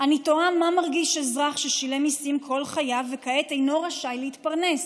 אני תוהה מה מרגיש אזרח ששילם מיסים כל חייו וכעת אינו רשאי להתפרנס,